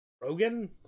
Rogan